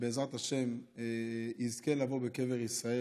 שבעזרת השם יזכה לבוא לקבר ישראל.